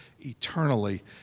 eternally